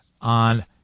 on